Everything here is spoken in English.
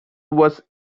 was